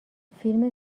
فیلم